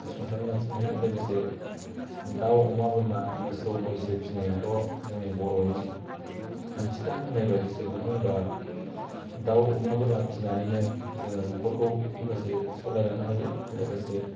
सुंथानानै लाखिनो हायो लोगोसे दाव अमा बोरमा मोसौ मैसो फिनायाथ' जोंनि बर'नि खान्थिखा होननाय बायदिसो मानो होनोब्ला दाव अमा बोरमा फिनानैनो जोङो नखरखौ माखासे सलाय लांनो हायो लोगोसे